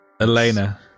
Elena